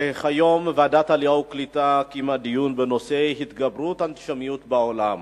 ועדת העלייה והקליטה קיימה היום דיון בנושא התגברות האנטישמיות בעולם.